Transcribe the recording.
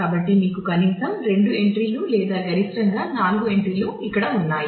కాబట్టి మీకు కనీసం రెండు ఎంట్రీలు లేదా గరిష్టంగా 4 ఎంట్రీలు ఇక్కడ ఉన్నాయి